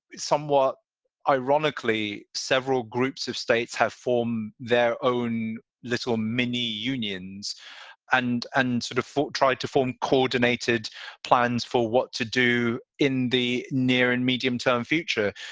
somewhat ironically, several groups of states have form their own little mini unions and and sort of fought tried to form coordinated plans for what to do in the near and medium term future,